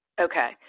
Okay